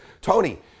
Tony